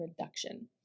reduction